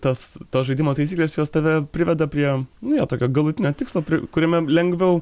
tos tos žaidimo taisyklės jos tave priveda prie nu jo tokio galutinio tikslo kuriame lengviau